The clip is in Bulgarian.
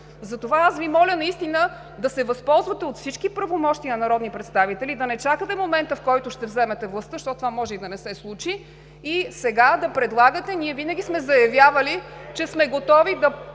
Затова аз Ви моля наистина да се възползвате от всички правомощия на народни представители, да не чакате момента, в който ще вземете властта, защото това може и да не се случи, и сега да предлагате… (Реплики: „Еее, стига де!“) Ние винаги сме заявявали, че сме готови да